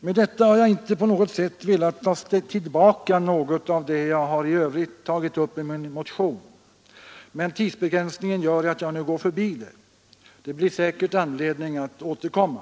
Med detta har jag inte alls velat ta tillbaka något av det jag i övrigt tagit upp i min motion, men tidsbegränsningen gör att jag nu går förbi Nr 102 det. Det blir säkert anledning att återkomma.